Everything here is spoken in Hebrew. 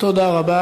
תודה רבה.